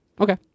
Okay